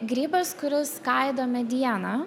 grybas kuris skaido medieną